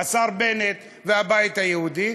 השר בנט והבית היהודי,